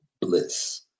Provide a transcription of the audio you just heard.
bliss